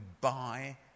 buy